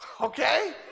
okay